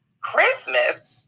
Christmas